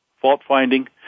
fault-finding